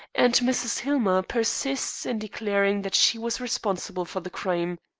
and mrs. hillmer persists in declaring that she was responsible for the crime.